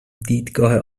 دیدگاه